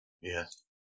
Yes